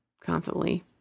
constantly